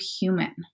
human